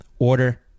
Order